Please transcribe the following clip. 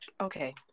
Okay